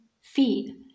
feet